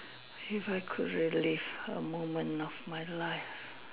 if I could relive a moment of my life